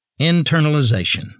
Internalization